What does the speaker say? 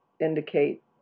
indicate